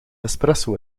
espresso